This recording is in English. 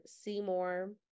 Seymour